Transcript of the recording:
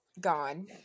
gone